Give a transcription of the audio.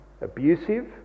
abusive